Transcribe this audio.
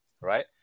right